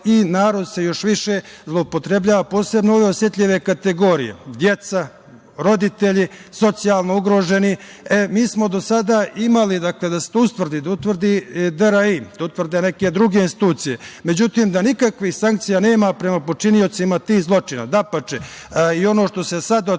i narod se još više zloupotrebljava, posebno one osetljive kategorije, deca, roditelji, socijalno ugroženi. Mi smo do sada imali DRI da utvrdi, neke druge institucije, međutim da nikakvih sankcija nema prema počiniocima tih zločina, dapače, i ono što se sada otkriva